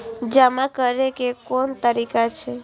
जमा करै के कोन तरीका छै?